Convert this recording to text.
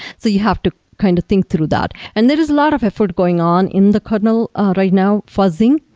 so you have to kind of think through that. and there is a lot of effort going on in the kernel ah right now fuzzing.